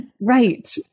Right